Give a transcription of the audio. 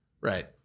Right